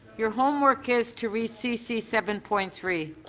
your homework is to read c c seven point three.